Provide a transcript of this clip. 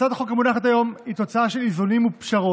הצעת החוק המונחת היום לפניכם היא תוצאה של איזונים ופשרות.